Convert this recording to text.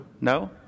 No